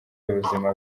y’ubuzima